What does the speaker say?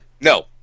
No